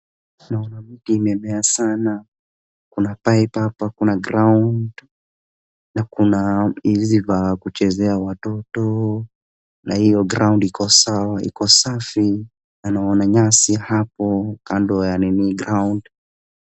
Naona miti imemea sana, kuna pipe hapa kuna ground , na kuna hizi kwa kuchezea watoto, na hiyo ground iko sawa iko safi na naona nyasi hapo kando ya nini ground .